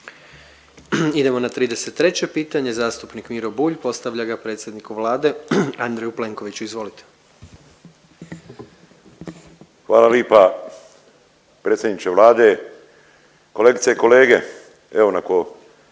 Idemo na 33. pitanje, zastupnik Miro Bulj postavlja ga predsjedniku Vlade Andreju Plenkoviću, izvolite. **Bulj, Miro (MOST)** Hvala lipa. Predsjedniče Vlade, kolegice i kolege, evo nakon